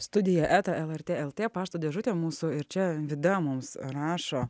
studija eta lrt lt pašto dėžutė mūsų ir čia vida mums rašo